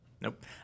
Nope